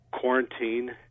quarantine